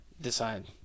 decide